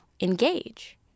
engage